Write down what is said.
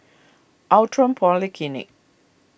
Outram Polyclinic